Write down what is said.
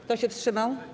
Kto się wstrzymał?